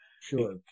sure